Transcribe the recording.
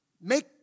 Make